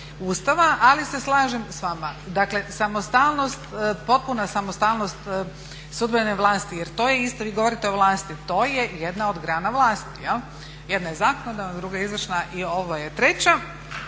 Ustava. Ali se slažem s vama. Dakle, potpuna samostalnost sudbene vlasti. Jer to je istina, vi govorite o vlasti, to je jedna od grana vlasti jel'. Jedna je zakonodavna, druga je izvršna i ova je treća.